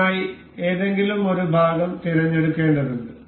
ഇതിനായി ഏതെങ്കിലും ഒരു ഭാഗം തിരഞ്ഞെടുക്കേണ്ടതുണ്ട്